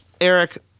Eric